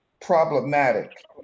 problematic